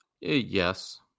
Yes